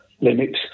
limits